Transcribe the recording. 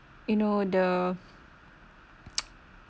you know the